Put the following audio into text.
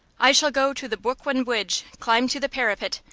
i shall go to the bwooklyn bwidge, climb to the parapet,